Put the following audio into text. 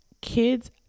kids